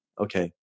okay